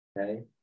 Okay